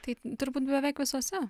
taip turbūt beveik visuose